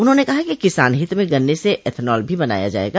उन्होंने कहा कि किसान हित में गन्ने से एथनॉल भी बनाया जायेगा